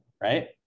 right